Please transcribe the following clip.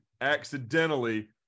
accidentally